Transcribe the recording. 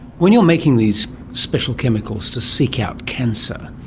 when you're making these special chemicals to seek out cancer,